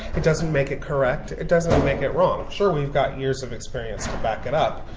it doesn't make it correct, it doesn't make it wrong. sure, we've got years of experience to back it up,